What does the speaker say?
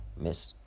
Miss